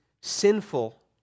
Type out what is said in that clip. sinful